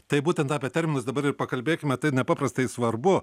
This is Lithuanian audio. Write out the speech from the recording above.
tai būtent apie terminus dabar ir pakalbėkime tai nepaprastai svarbu